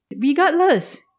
Regardless